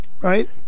right